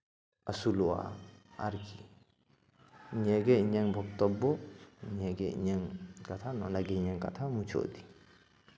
ᱟᱹᱥᱩᱞᱚᱜᱼᱟ ᱟᱨ ᱪᱮᱫ ᱱᱤᱭᱟᱹᱜᱮ ᱤᱧᱟᱹᱝ ᱵᱚᱠᱛᱚᱵᱵᱚ ᱱᱤᱭᱟᱹᱜᱮ ᱤᱧᱟᱹᱝ ᱠᱟᱛᱷᱟ ᱱᱚᱰᱮᱜᱮ ᱤᱧᱟᱹᱜ ᱠᱟᱛᱷᱟ ᱢᱩᱪᱟᱹᱫ ᱮᱫᱟᱹᱧ